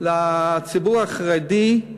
לציבור החרדי: